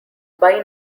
buy